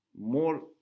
more